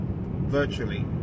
virtually